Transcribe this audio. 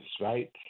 right